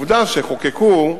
עובדה שחוקקו,